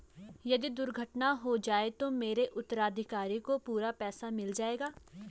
यदि दुर्घटना हो जाये तो मेरे उत्तराधिकारी को पूरा पैसा मिल जाएगा?